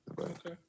Okay